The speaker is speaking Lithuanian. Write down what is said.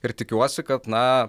ir tikiuosi kad na